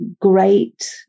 great